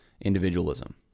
individualism